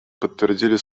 подтвердили